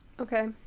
Okay